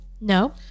No